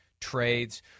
trades